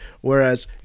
whereas